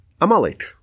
Amalek